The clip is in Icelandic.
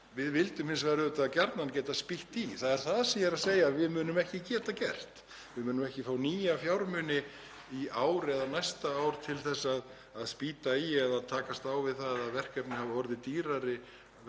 Við vildum hins vegar auðvitað gjarnan geta spýtt í. Það er það sem ég er að segja að við munum ekki geta gert. Við munum ekki fá nýja fjármuni í ár eða næsta ár til að spýta í eða takast á við það að verkefni hafi orðið dýrari vegna